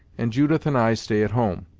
and judith and i stay at home.